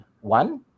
one